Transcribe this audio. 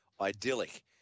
idyllic